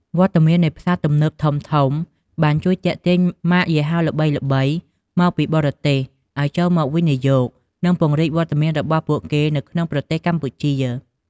វត្តមាននៃផ្សារទំនើបធំៗបានជួយទាក់ទាញម៉ាកយីហោល្បីៗមកពីបរទេសឲ្យចូលមកវិនិយោគ និងពង្រីកវត្តមានរបស់ពួកគេនៅក្នុងប្រទេសកម្ពុជា។